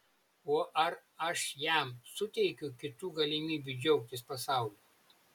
o ar aš jam suteikiu kitų galimybių džiaugtis pasauliu